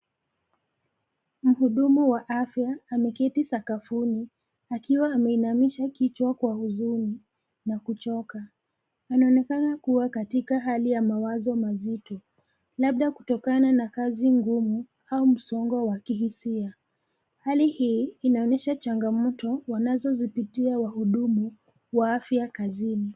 Muhudumu wa afya ameketi sakafuni akiwa ameinamisha kichwa kwa uzuni na kuchoka. Anaonekana kuwa katika hali ya mawazo mazito, labda kutokana na kazi ngumu au msongo wa kihisia. Hali hii inaonyesha changamoto wanazozipitia wahudumu wa afya kazini.